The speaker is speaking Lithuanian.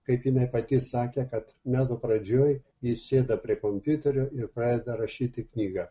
kaip jinai pati sakė kad metų pradžioj ji sėda prie kompiuterio ir pradeda rašyti knygą